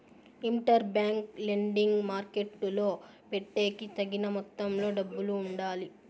inter bank lending మార్కెట్టులో పెట్టేకి తగిన మొత్తంలో డబ్బులు ఉండాలి